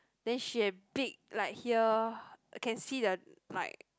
then she big like here can see the like